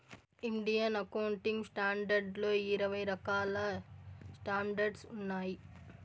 Indian accounting standards లో ఇరవై రకాల స్టాండర్డ్స్ ఉన్నాయి